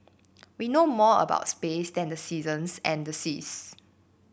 we know more about space than the seasons and the seas